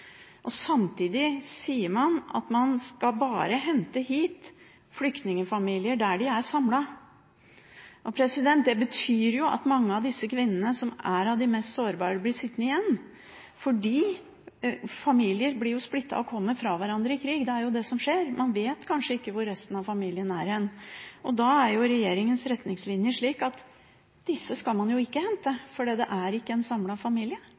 og samtidig sier man at man skal bare hente hit flyktningfamilier som er samlet. Det betyr at mange av disse kvinnene, som er blant de mest sårbare, blir sittende igjen, fordi familier blir splittet og kommer fra hverandre i krig, det er jo det som skjer. Man vet kanskje ikke hvor resten av familien er hen. Regjeringens retningslinjer er slik at disse skal man ikke hente, for det er ikke en samlet familie.